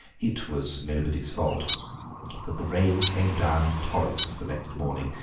it was nobody's fault that the rain came down in torrents the next morning,